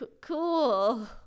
cool